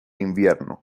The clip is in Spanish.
invierno